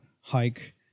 hike